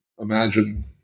imagine